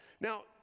Now